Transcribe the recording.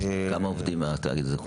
כמה עובדים התאגיד הזה כולל?